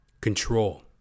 Control